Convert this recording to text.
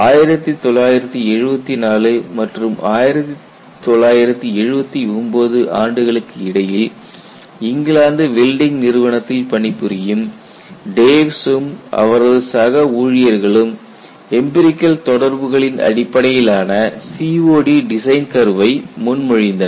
ஆகவே1974 மற்றும் 1979 ஆண்டுகளுக்கு இடையில் இங்கிலாந்து வெல்டிங் நிறுவனத்தில் பணிபுரியும் டேவ்ஸும் Dawe's அவரது சக ஊழியர்களும் எம்பிரிகல் தொடர்புகளின் அடிப்படையில் ஆன COD டிசைன் கர்வை முன்மொழிந்தனர்